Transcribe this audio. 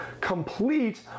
complete